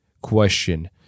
question